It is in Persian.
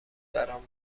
برام